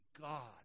God